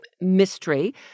mystery